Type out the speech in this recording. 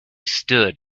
stood